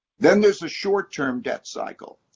then there's the short-term debt cycle.